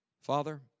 Father